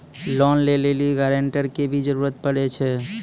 Loan लै लेली guarantor के भी जरूरी पड़ै छै?